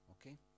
Okay